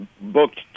booked